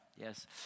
Yes